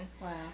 Wow